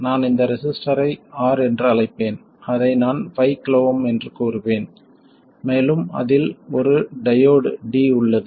நான் இந்த ரெசிஸ்டரை R என்று அழைப்பேன் அதை நான் 5 KΩ என்று கூறுவேன் மேலும் அதில் ஒரு ஒரு டையோடு D உள்ளது